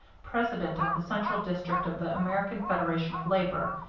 president of the central district of the american federation of labor,